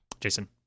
jason